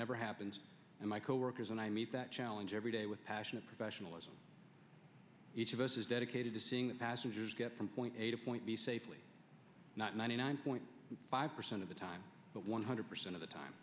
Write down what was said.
never happens and my coworkers and i meet that challenge every day with passion of professionalism each of us is dedicated to seeing the passengers get from point a to point b safely not ninety nine point five percent of the time but one hundred percent of the time